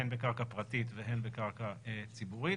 הן בקרקע פרטית והן בקרקע ציבורית